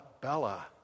Bella